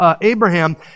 Abraham